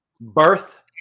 Birth